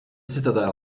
citadel